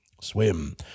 Swim